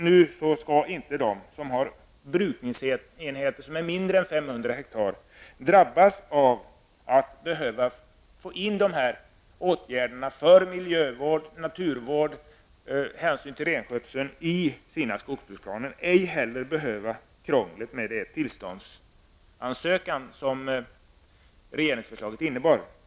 Nu skall de som har brukningsenheter som är mindre än 500 hektar inte drabbas av att behöva vidta de åtgärder för miljövård, naturvård, renskötsel osv. som finns i deras skogsbruksplaner. Inte heller skall de behöva krångla med den tillståndsansökan som finns med i regeringsförslaget.